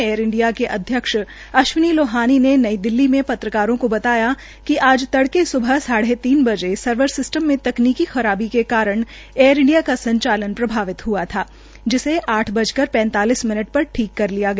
air India के अध्यक्ष अश्विनी लोहानी ने नई दिल्ली में पत्रकारों को बताया कि आज तड़के सुबह साढे तीन बजे सरवर सिस्टम में तकनीकी खराबी के कारण एयर इंडिया का संचालन प्रभावित हुआ थाजिसे आठ बज कर पैंतीस मिनट पर ठीक कर लिया गया